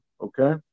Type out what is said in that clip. okay